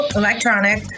electronic